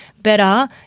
better